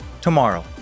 tomorrow